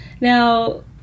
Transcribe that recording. Now